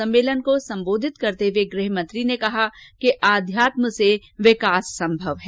सम्मेलन को सम्बोधित करते हुए गृहमंत्री ने कहा कि आध्यात्म से विकास संभव है